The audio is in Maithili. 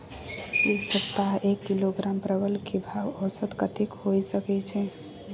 ऐ सप्ताह एक किलोग्राम परवल के भाव औसत कतेक होय सके छै?